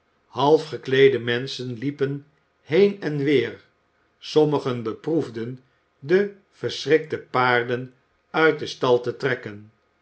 half gekleede menschen liepen heen en weer sommigen beproefden de verschrikte paarden uit den stal te trekken